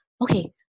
okay